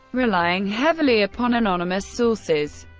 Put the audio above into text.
relying heavily upon anonymous sources,